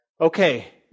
Okay